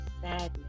sadness